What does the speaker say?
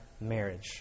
marriage